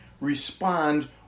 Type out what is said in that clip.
respond